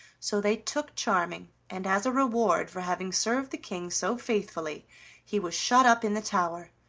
so they took charming, and as a reward for having served the king so faithfully he was shut up in the tower,